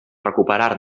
recuperar